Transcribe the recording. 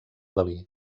dalí